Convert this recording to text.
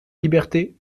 liberté